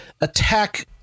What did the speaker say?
attack